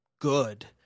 good